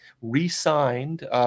re-signed